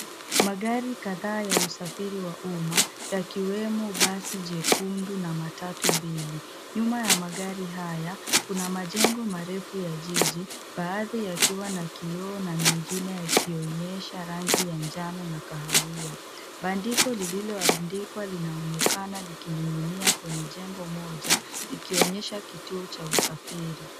Magari kadhaa ya usafiri wa umma yakiwemo basi jekundu na matatu mbili. Nyuma ya magari haya kuna majengo marefu ya jiji baadhi yakiwa na kioo na mengine yakionyesha rangi ya njano na kahawia. Bandiko lililoandikwa linaonekana likiningi'nia kwenye jengo moja likionyesha kituo cha usafiri.